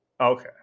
Okay